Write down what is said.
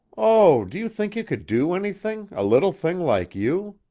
oh, do you think you could do anything, a little thing like you?